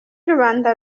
rubanda